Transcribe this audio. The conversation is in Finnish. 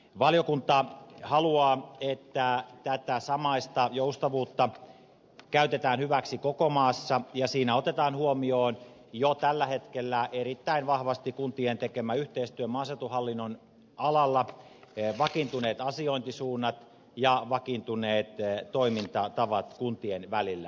valiokunta haluaa että tätä samaista joustavuutta käytetään hyväksi koko maassa ja siinä otetaan huomioon jo tällä hetkellä erittäin vahvasti kuntien tekemä yhteistyö maaseutuhallinnon alalla vakiintuneet asiointisuunnat ja vakiintuneet toimintatavat kuntien välillä